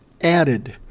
added